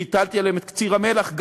והטלתי עליהם את קציר המלח.